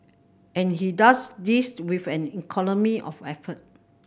and he does this with an economy of effort